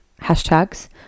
hashtags